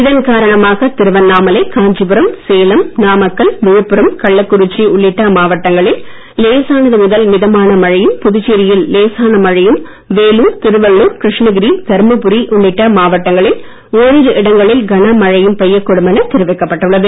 இதன் காரணமாக திருவண்ணாமலை காஞ்சிபுரம் சேலம் நாமக்கல் விழுப்புரம் கள்ளக்குறிச்சி உள்ளிட்ட மாவட்டங்களில் லேசானது முதல் மிதமான மழையும் புதுச்சேரியில் லேசான மழையும் வேலூர் திருவள்ளுர் கிருஷ்ணகிரி தர்மபுரி உள்ளிட்ட மாவட்டங்களில் ஓரிரு இடங்களில் கனமழையும் பெய்யக் கூடும் என தெரிவிக்கப்பட்டுள்ளது